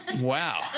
Wow